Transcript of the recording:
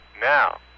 Now